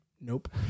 Nope